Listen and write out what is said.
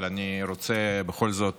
אבל אני רוצה בכל זאת